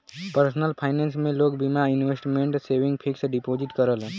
personal finance में लोग बीमा, इन्वेसमटमेंट, सेविंग, फिक्स डिपोजिट करलन